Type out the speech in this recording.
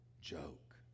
joke